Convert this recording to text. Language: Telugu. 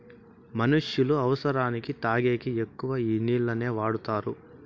మనుష్యులు అవసరానికి తాగేకి ఎక్కువ ఈ నీళ్లనే వాడుతారు